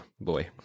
boy